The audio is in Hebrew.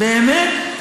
באמת?